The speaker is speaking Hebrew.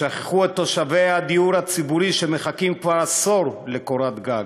שכחו את תושבי הדיור הציבורי שמחכים כבר עשור לקורת גג,